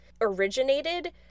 originated